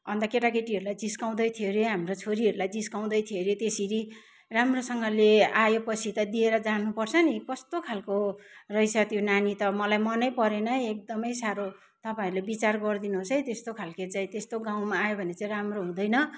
अन्त केटाकेटीहरूलाई जिस्काउँदै थियो अरे हाम्रो छोरीहरूलाई जिस्काउँदै थियो अरे त्यसरी राम्रोसँगले आए पछि त दिएर जानु पर्छ नि कस्तो खालको रहेछ त्यो नानी त मलाई मनै परेन एकदमै साह्रो तपाईँहरूले विचार गरिदिनु होस् है त्यस्तो खालके चाहिँ त्यस्तो गाउँमा आयो भने राम्रो हुँदैन